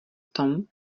tom